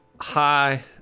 hi